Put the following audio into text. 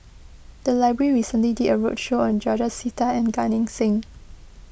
the library recently did a roadshow on George Sita and Gan Eng Seng